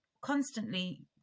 constantly